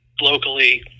locally